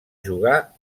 jugà